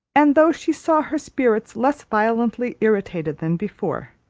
and though she saw her spirits less violently irritated than before,